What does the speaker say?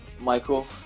Michael